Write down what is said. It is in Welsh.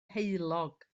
heulog